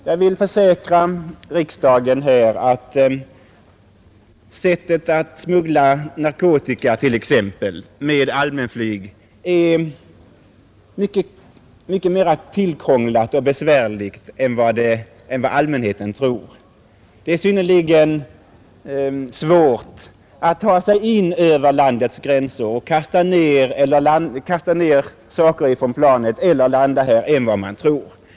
Jag kan försäkra riksdagen att smuggling vid allmänflyg är mycket mer tillkrånglat och besvärligt än man föreställer sig. Det är synnerligen svårt att ta sig in över landets gränser och att landa på okontrollerad plats.